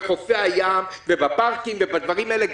בחופי הים ובפארקים ובדברים האלה.